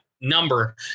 number